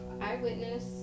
eyewitness